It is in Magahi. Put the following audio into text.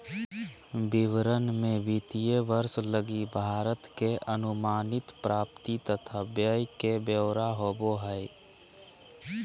विवरण मे वित्तीय वर्ष लगी भारत सरकार के अनुमानित प्राप्ति तथा व्यय के ब्यौरा होवो हय